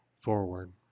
forward